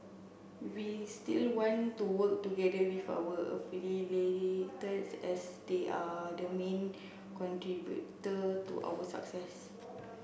we still want to work together with our as they are the main contributor to our success